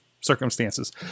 circumstances